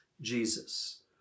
Jesus